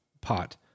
pot